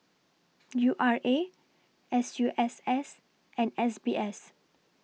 U R A S U S S and S B S